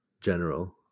general